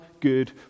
good